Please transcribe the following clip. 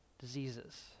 diseases